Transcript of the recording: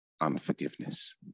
unforgiveness